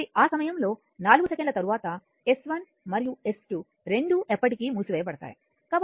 కాబట్టి ఆ సమయంలో 4 సెకన్ల తర్వాత S1 మరియు S2 రెండూ ఎప్పటికీ మూసివేయబడతాయి